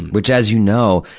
which, as you know,